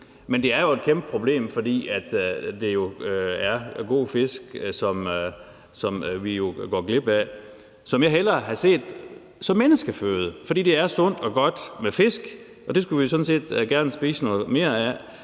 Men det er jo et kæmpeproblem, fordi det er gode fisk, som vi går glip af, og som jeg hellere havde set blev til menneskeføde. For det er sundt og godt med fisk, og det skulle vi sådan set gerne spise noget mere af.